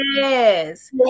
Yes